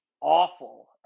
awful